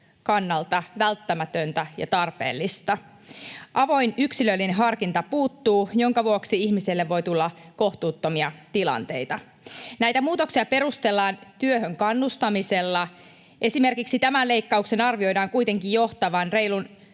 kannalta välttämätöntä ja tarpeellista. Avoin yksilöllinen harkinta puuttuu, minkä vuoksi ihmiselle voi tulla kohtuuttomia tilanteita. Näitä muutoksia perustellaan työhön kannustamisella. Esimerkiksi tämän leikkauksen arvioidaan kuitenkin johtavan reilun